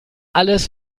alles